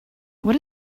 what